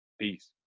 peace